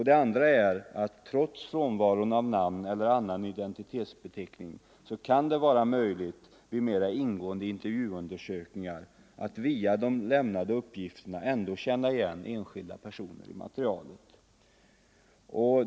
Det andra är att trots frånvaron av namn eller annan 'identitetsbeteckning kan det vara möjligt vid mera ingående intervjuundersökningar att via de lämnade uppgifterna ändå känna igen enskilda personer i materialet.